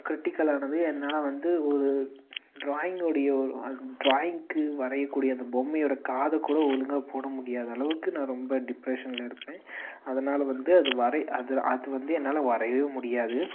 கிரிட்டிக்கலானது என்னால் வந்து ஒரு டிராயிங்கோடைய டிராயிங்க்கு வரையக்கூடிய அந்த பொம்மையோடய காதை கூட ஒழுங்கா போட முடியாத அளவுக்கு நான் ரொம்ப டிப்ரெஷனில் இருப்பேன் அதனால் வந்து அது வரை அது அது வந்து என்னால் வரையவே முடியாது